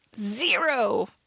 zero